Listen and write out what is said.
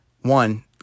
one